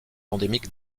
endémique